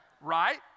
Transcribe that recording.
Right